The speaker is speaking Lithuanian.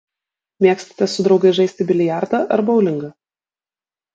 mėgstate su draugais žaisti biliardą ar boulingą